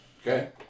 Okay